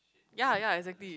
ya ya exactly